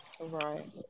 Right